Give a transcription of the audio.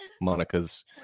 monica's